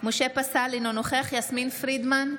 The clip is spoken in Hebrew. משה פסל, אינו נוכח יסמין פרידמן,